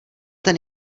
ten